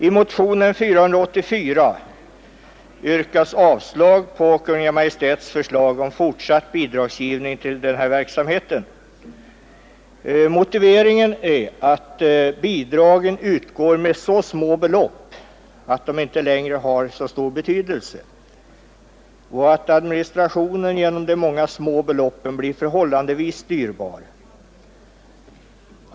I motionen 484 yrkas avslag på Kungl. Maj:ts förslag om fortsatt bidragsgivning till denna verksamhet. Motiveringen härför är att bidragen utgår med så små belopp att de inte längre har så stor betydelse och att administrationen av de många små beloppen blir förhållandevis dyrbar.